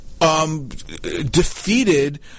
Defeated